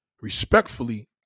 respectfully